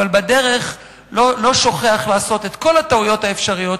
אבל בדרך לא שוכח לעשות את כל הטעויות האפשריות,